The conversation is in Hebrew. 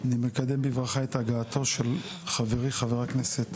אני מעדכן אותך בדברי הפתיחה